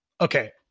okay